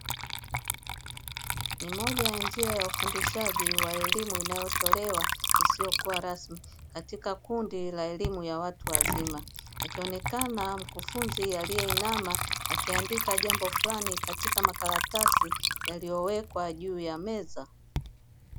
Ni moja ya njia ya ufundishaji wa elimu inayotolewa isiyokuwa rasmi katika kundi la elimu ya watu wazima, akionekana mkufunzi aliyeinama akiandika jambo fulani katika makaratasi yaliyowekwa juu ya meza.